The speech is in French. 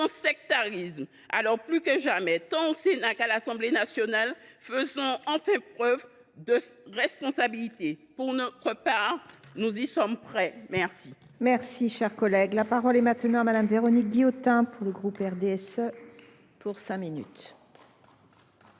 sectarisme. Alors, plus que jamais, tant au Sénat qu’à l’Assemblée nationale, faisons enfin preuve de responsabilité. Pour notre part, nous y sommes prêts !